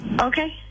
okay